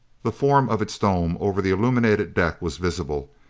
the form of its dome over the illuminated deck was visible,